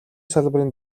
салбарын